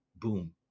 boom